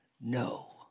No